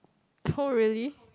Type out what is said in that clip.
oh really